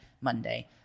Monday